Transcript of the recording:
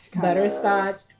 butterscotch